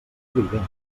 evident